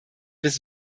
bis